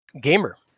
gamer